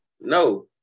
No